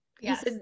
Yes